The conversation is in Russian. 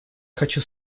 хочу